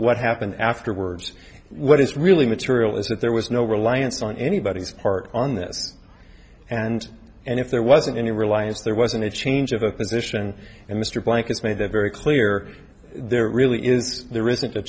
what happened afterwards what is really material is that there was no reliance on anybody's part on this and and if there wasn't any reliance there wasn't a change of a position and mr blank has made that very clear there really is there is